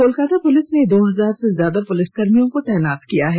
Kolkata police ने दो हजार से ज्यादा पुलिसकर्मियों को तैनात किया हैं